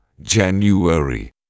January